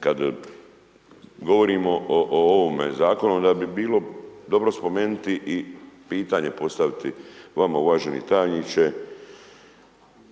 Kad govorimo o ovom zakonu, onda bi bilo dobro spomenuti i pitanje postaviti vama uvaženi tajniče,